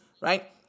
right